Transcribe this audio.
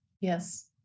Yes